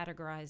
categorized